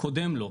קודם לו.